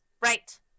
Right